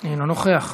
אינו נוכח,